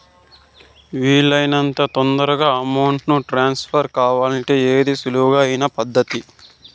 వీలు అయినంత తొందరగా అమౌంట్ ను ట్రాన్స్ఫర్ కావాలంటే ఏది సులువు అయిన పద్దతి